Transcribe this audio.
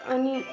अनि